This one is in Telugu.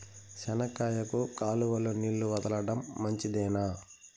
చెనక్కాయకు కాలువలో నీళ్లు వదలడం మంచిదేనా?